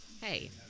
Hey